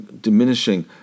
diminishing